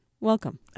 welcome